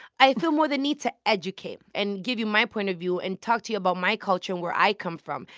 i feel more the need to educate and give you my point of view and talk to you about my culture and where i come from.